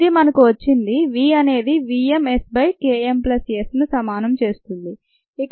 ఇది మనకు వచ్చింది v అనేది v m S by K m plus Sను సమానం చేస్తుంది